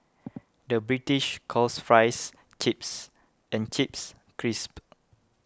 the British calls Fries Chips and Chips Crisps